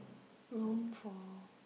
Rome for